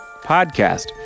Podcast